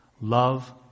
Love